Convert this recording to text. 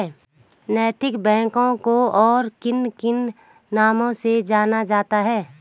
नैतिक बैंकों को और किन किन नामों से जाना जाता है?